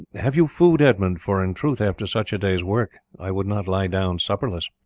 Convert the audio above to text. have you food, edmund, for in truth after such a day's work i would not lie down supperless?